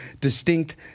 distinct